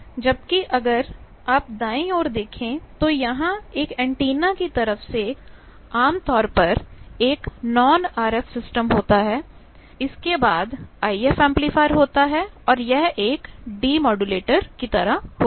जबकि अगर आपको दाएं ओर देखें तो यहां इस एंटीना की तरफ से आमतौर पर एक नॉन आरएफ सिस्टम होता है इसके बाद अगर IF एम्पलीफायर होता है और यह एक डेमोडुलेटर की तरह होता है